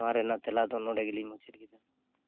ᱱᱚᱣᱟ ᱨᱮᱱᱟᱜ ᱛᱮᱞᱟ ᱫᱚ ᱱᱚᱰᱮ ᱜᱮᱞᱤᱧ ᱢᱩᱪᱟᱹᱫ ᱠᱮᱫᱟ